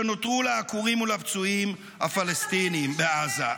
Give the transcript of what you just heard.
שנותרו לעקורים ולפצועים הפלסטינים בעזה.